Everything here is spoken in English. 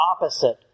opposite